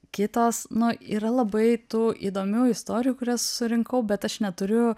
kitos nu yra labai tų įdomių istorijų kurias surinkau bet aš neturiu